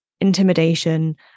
intimidation